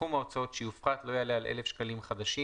סכום ההוצאות שיופחת לא יעלה על 1,000 שקלים חדשים